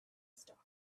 stock